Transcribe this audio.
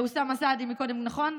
אוסאמה סעדי קודם, נכון?